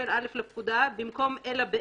סליחה, פה זה כבר בית